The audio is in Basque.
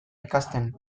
ikasten